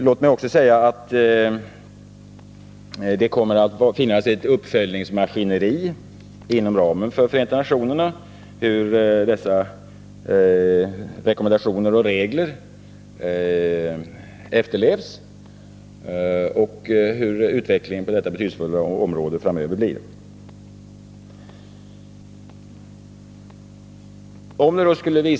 Låt mig också säga att det kommer att finnas ett uppföljningsmaskineri inom ramen för Förenta nationerna som skall se hur dessa rekommendationer och regler efterlevs och hur utvecklingen blir framöver på detta betydelsefulla område.